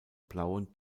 plauen